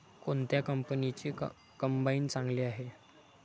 कोणत्या कंपनीचे कंबाईन चांगले आहे?